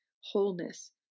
wholeness